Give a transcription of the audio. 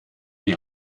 die